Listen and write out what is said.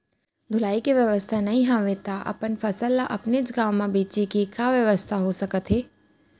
ढुलाई के बेवस्था नई हवय ता अपन फसल ला अपनेच गांव मा बेचे के का बेवस्था हो सकत हे?